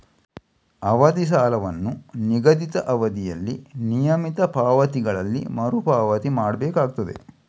ಅವಧಿ ಸಾಲವನ್ನ ನಿಗದಿತ ಅವಧಿಯಲ್ಲಿ ನಿಯಮಿತ ಪಾವತಿಗಳಲ್ಲಿ ಮರು ಪಾವತಿ ಮಾಡ್ಬೇಕಾಗ್ತದೆ